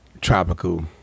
Tropical